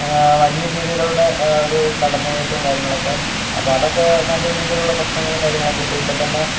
വന്യജീവികളുടെ ഒരു കടന്നു കയറ്റവും കാര്യങ്ങളൊക്കെ അപ്പോൾ അതൊക്കെ നല്ല രീതിയിലുള്ള പ്രശ്നങ്ങളും കാര്യങ്ങളൊക്കെ ഉണ്ട് ഇപ്പോൾത്തന്നെ